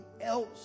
else